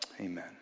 Amen